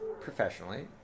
professionally